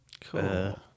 Cool